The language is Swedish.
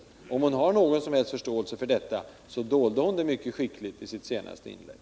Om Inga Lantz har någon som helst förståelse för detta resonemang, så dolde hon det mycket skickligt i sitt senaste inlägg.